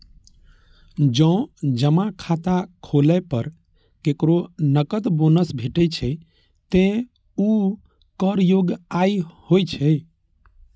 जौं जमा खाता खोलै पर केकरो नकद बोनस भेटै छै, ते ऊ कर योग्य आय होइ छै